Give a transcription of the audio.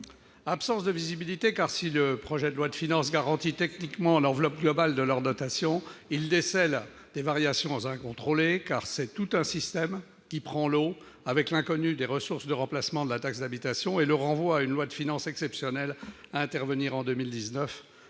Absence de visibilité, car, si le projet de loi de finances garantit techniquement l'enveloppe globale de leurs dotations, ils décèlent des variations incontrôlées ; c'est tout un système qui prend l'eau avec l'inconnue des ressources de remplacement de la taxe d'habitation et le renvoi à une loi de finances exceptionnelle à venir en 2019,